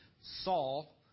Saul